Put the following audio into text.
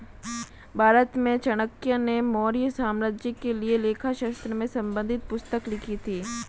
भारत में चाणक्य ने मौर्य साम्राज्य के लिए लेखा शास्त्र से संबंधित पुस्तक लिखी थी